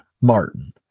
Martin